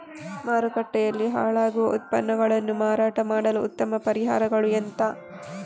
ಮಾರುಕಟ್ಟೆಯಲ್ಲಿ ಹಾಳಾಗುವ ಉತ್ಪನ್ನಗಳನ್ನು ಮಾರಾಟ ಮಾಡಲು ಉತ್ತಮ ಪರಿಹಾರಗಳು ಎಂತ?